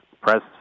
press